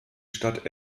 stadt